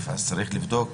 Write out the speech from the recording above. צריך לבדוק